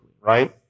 right